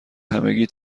همگی